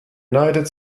united